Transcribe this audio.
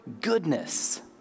goodness